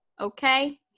okay